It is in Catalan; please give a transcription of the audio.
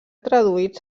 traduïts